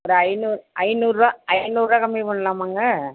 ஒரு ஐநூறு ஐநூருரூவா ஐநூருரூவா கம்மி பண்ணலாமாங்க